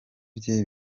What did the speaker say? bye